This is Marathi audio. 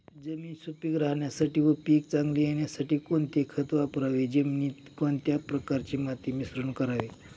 जमीन सुपिक राहण्यासाठी व पीक चांगले येण्यासाठी कोणते खत वापरावे? जमिनीत कोणत्या प्रकारचे माती मिश्रण करावे?